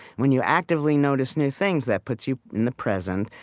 when you actively notice new things, that puts you in the present,